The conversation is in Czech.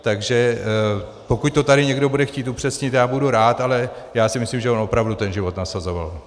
Takže pokud to tady někdo bude chtít upřesnit, budu rád, ale já si opravdu myslím, že on opravdu ten život nasazoval.